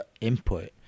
input